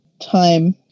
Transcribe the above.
time